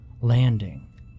landing